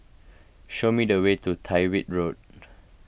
show me the way to Tyrwhitt Road